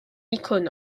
icône